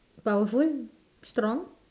powerful strong